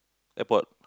airport